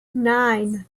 nine